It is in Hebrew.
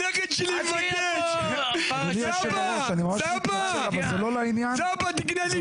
הנכד שלי מבקש, סבא, סבא, תקנה לי